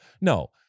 No